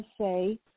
say